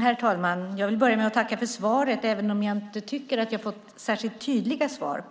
Herr talman! Jag tackar för svaret, även om jag tycker att jag inte har fått särskilt tydliga svar.